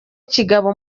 kigabo